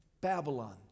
Babylon